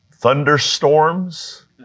Thunderstorms